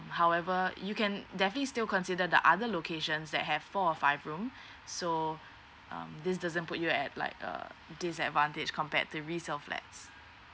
however you can definitely still consider the other locations that have four or five room so um this doesn't put you at like err disadvantage compared to resale flats